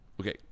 Okay